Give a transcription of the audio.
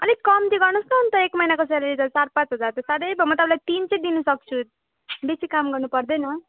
अलिक कम्ती गर्नुहोस् न त एक महिनाको सेलेरी त चार पाँच हजार त साह्रै भयो म तपाईँलाई तिन चाहिँ दिनसक्छु बेसी काम गर्नु पर्दैन